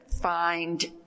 find